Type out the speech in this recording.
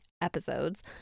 episodes